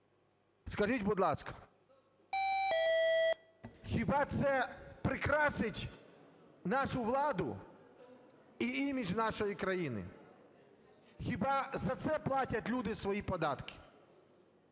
Скажіть, будь ласка, хіба це прикрасить нашу владу і імідж нашої країни? Хіба за це платять люди свої податки?